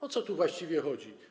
O co tu właściwie chodzi?